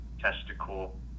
testicle